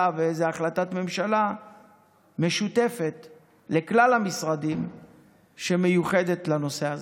ואיזו החלטת ממשלה משותפת לכלל המשרדים שמיוחדת לנושא הזה.